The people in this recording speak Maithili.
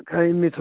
खैनीख